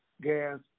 Gas